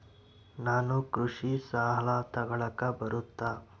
ನಾನು ಕೃಷಿ ಸಾಲ ತಗಳಕ ಬರುತ್ತಾ?